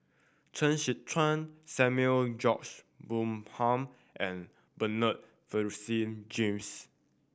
Chen Sucheng Samuel George Bonham and Bernard Francis James